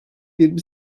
yirmi